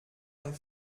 ein